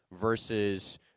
versus